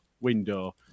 window